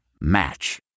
Match